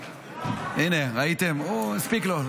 הינה, ראיתם, הספיק לו.